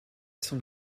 zum